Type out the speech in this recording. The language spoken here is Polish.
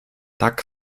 tak